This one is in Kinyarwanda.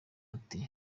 ati